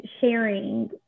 sharing